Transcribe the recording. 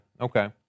Okay